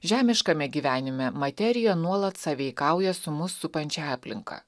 žemiškame gyvenime materija nuolat sąveikauja su mus supančia aplinka